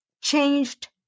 changed